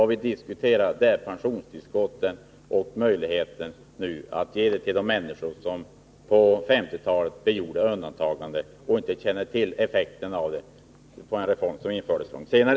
Den handlar om pensionstillskotten och möjligheten att ge sådana till de människor som på 1950-talet begärde undantagande från ATP och som inte kände till vilka effekter detta skulle få genom den reform som infördes långt senare.